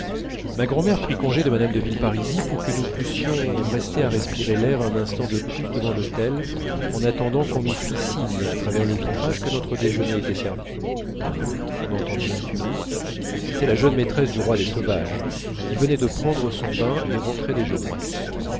ma grand'mère prit congé de mme de villeparisis pour que nous pussions rester à respirer l'air un instant de plus devant l'hôtel en attendant qu'on nous fît signe à travers le vitrage que notre déjeuner était servi on entendit un tumulte c'était la jeune maîtresse du roi des sauvages qui venait de prendre son bain et rentrait déjeuner